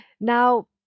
Now